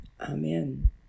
Amen